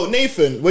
Nathan